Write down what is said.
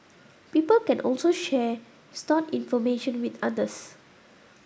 people can also share stored information with others